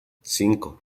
cinco